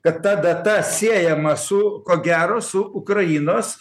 kad ta data siejama su ko gero su ukrainos